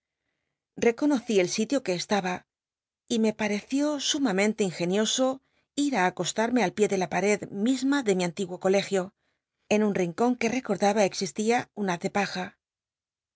reconocí el silio en que estaba y me pareció sumamente ingenioso ir á acostarme al pié de la pared misma de mi antiguo colegio en un rincon que recordaba existía un haz de paja